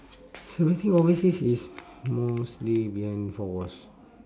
celebrating overseas is mostly behind four walls